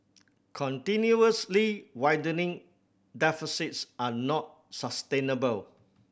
continuously widening deficits are not sustainable